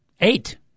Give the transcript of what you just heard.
Eight